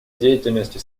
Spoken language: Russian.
деятельности